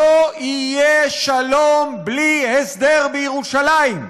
לא יהיה שלום בלי הסדר בירושלים,